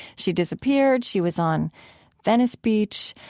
she disappeared. she was on venice beach.